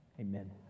Amen